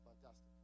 Fantastic